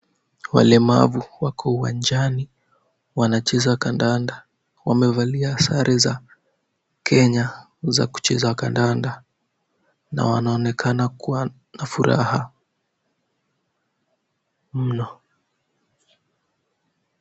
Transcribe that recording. Walemavu wako uwanjani wanacheza kandanda. Wamevalia sare za Kenya za kucheza kandanda na wanaonekana kuwa na furaha mno.